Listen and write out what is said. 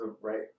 right